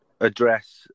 address